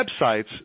websites